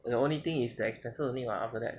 the only thing is the expenses only [what] after that